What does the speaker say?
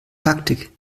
taktik